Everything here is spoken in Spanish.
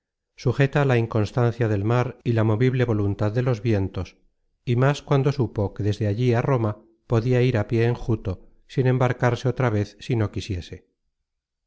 sujeta a la inconstancia del mar y la movible voluntad de los vientos y más cuando supo que desde allí á roma podia ir á pié enjuto sin embarcarse otra vez si no quisiese